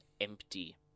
empty